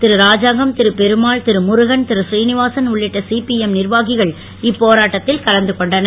திரு ராஜாங்கம் திரு பெருமாள் திரு முருகன் திரு பூரீநிவாசன் உள்ளிட்ட சிபிஎம் நிர்வாகிகள் இப்போராட்டத்தில் கலந்துகொண்டனர்